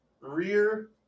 rear